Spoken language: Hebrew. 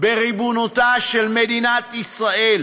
בריבונותה של מדינת ישראל.